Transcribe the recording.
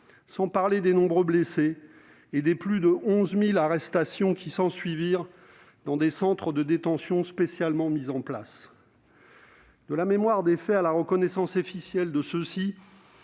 sans compter les nombreux blessés et les 11 000 arrestations qui suivirent dans des centres de détention spécialement mis en place. De la mémoire des faits à leur reconnaissance officielle,